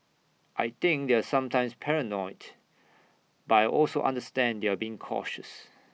I think they're sometimes paranoid but I also understand you're being cautious